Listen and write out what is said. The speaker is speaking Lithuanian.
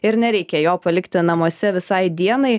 ir nereikia jo palikti namuose visai dienai